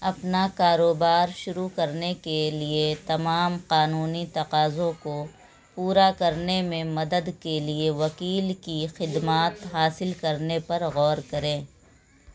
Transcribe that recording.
اپنا کاروبار شروع کرنے کے لیے تمام قانونی تقاضوں کو پورا کرنے میں مدد کے لیے وکیل کی خدمات حاصل کرنے پر غور کریں